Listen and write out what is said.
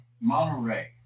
Monterey